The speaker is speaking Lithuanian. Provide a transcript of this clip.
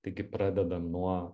taigi pradedam nuo